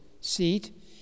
seat